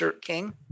King